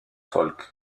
folk